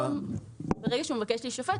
ברגע שהוא מבקש להישפט,